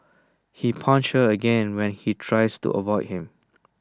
he punched her again when he tries to avoid him